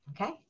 okay